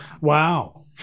Wow